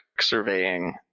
surveying